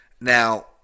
now